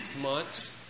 months